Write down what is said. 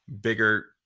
bigger